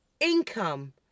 income